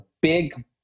big